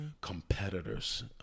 competitors